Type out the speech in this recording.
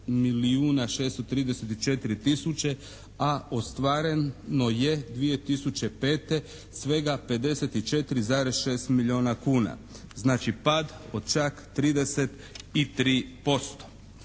milijuna 634 tisuće a ostvareno je 2005. svega 54,6 milijuna kuna. Znači pad od čak 33%.